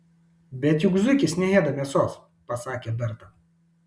bet juk zuikis neėda mėsos pasakė berta